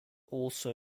also